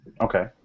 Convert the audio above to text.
Okay